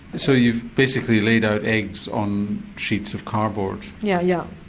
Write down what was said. so you basically laid out eggs on sheets of cardboard. yeah yeah.